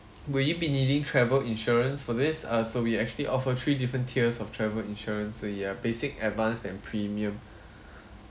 will you be needing travel insurance for this uh so we actually offer three different tiers of travel insurance so you have basic advanced and premium